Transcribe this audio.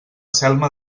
selma